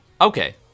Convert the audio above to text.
Okay